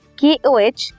koh